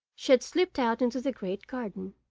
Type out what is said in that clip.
she had slipped out into the great garden,